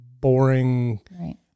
boring